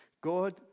God